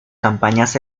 campañas